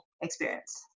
experience